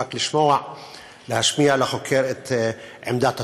רק להשמיע לחוקר את עמדת התושבים.